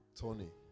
tony